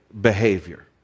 behavior